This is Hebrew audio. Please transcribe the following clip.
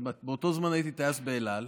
באותו הזמן הייתי טייס באל על,